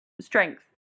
strength